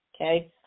okay